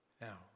Now